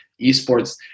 Esports